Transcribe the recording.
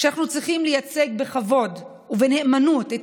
אנחנו צריכים לייצג בכבוד ובנאמנות את